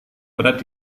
berat